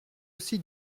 aussi